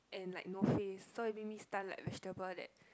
and like no face so maybe stunned like vegetable that